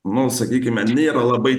mums sakykime nėra labai